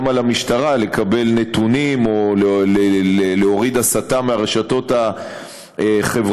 על המשטרה לקבל נתונים או להוריד הסתה מהרשתות החברתיות,